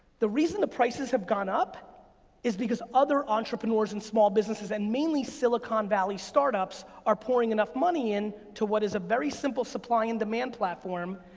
the reason the prices have gone up is because other entrepreneurs and small businesses and mainly silicon valley startups are pouring enough money in to what is a very simple supply and demand platform,